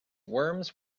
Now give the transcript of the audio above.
worms